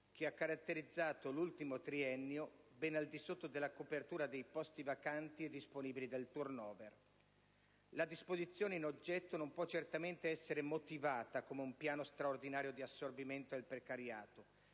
che ha caratterizzato l'ultimo triennio, ben al di sotto della copertura dei posti vacanti e disponibili del *turnover*. La disposizione in questione non può certamente essere motivata come un piano straordinario di assorbimento del precariato